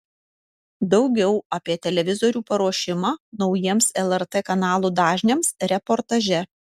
daugiau apie televizorių paruošimą naujiems lrt kanalų dažniams reportaže